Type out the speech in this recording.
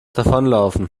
davonlaufen